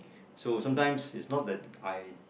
so sometimes is not that I